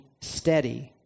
steady